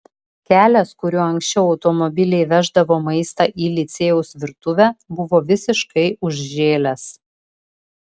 kelias kuriuo anksčiau automobiliai veždavo maistą į licėjaus virtuvę buvo visiškai užžėlęs